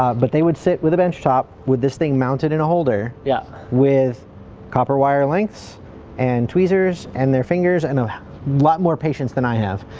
but they would sit with a bench top with this thing mounted in a holder yeah with copper wire lengths and tweezers and their fingers and a lot more patience than i have,